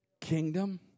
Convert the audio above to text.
kingdom